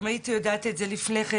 אם הייתי יודעת לפני כן,